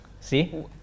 See